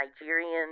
Nigerian